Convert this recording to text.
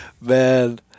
Man